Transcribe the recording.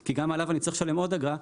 כי גם עליו אני צריך לשלם עוד אגרה,